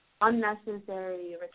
unnecessary